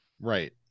right